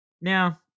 Now